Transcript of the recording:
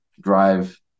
drive